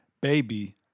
baby